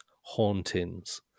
hauntings